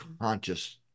conscious